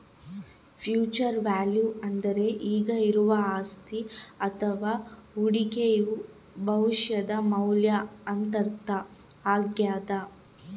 future value ಅಂದ್ರೆ ಈಗ ಇರುವ ಅಸ್ತಿಯ ಅಥವ ಹೂಡಿಕೆಯು ಭವಿಷ್ಯದ ಮೌಲ್ಯ ಎಂದರ್ಥ ಆಗ್ಯಾದ